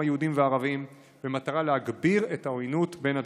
היהודים והערבים במטרה להגביר את העוינות בין הצדדים.